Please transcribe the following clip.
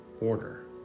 order